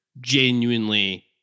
genuinely